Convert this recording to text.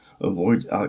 avoid